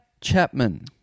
Chapman